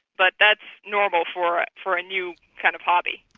but that's normal for for a new kind of hobby.